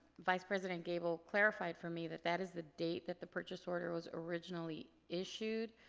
vice president gabel clarified for me that that is the date that the purchase order was originally issued.